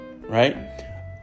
right